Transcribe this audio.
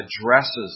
addresses